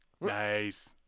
nice